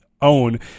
own